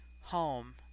Home